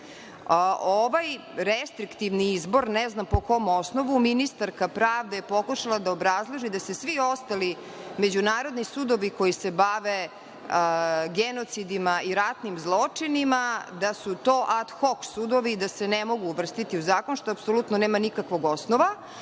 restriktivni izbor, ne znam po kom osnovu, ministarka pravde je pokušala da obrazloži, da se svi ostali međunarodni sudovi koji se bave genocidima i ratnim zločinima, da su to ad hok sudovi i da se ne mogu uvrstiti u zakon, što apsolutno nema nikakvog osnova,